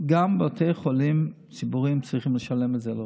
גם בתי חולים ציבוריים צריכים לשלם את זה לרופאים.